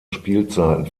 spielzeiten